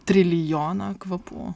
trilijoną kvapų